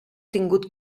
tingut